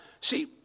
See